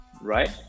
right